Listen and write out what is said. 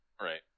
Right